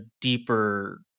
deeper